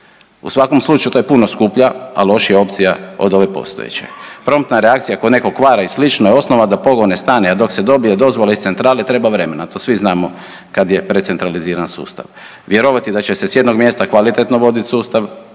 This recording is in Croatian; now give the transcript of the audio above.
U svakom slučaju, to je puno skuplja, a lošija opcija od ove postojeće. Promptna reakcija kod nekog kvara i slično je osnova da pogon ne stane, a dok se dobije dozvola iz centrale, treba vremena, to svi znamo kad je precentraliziran sustav. Vjerovati da će se s jednog mjesta kvalitetno voditi sustav,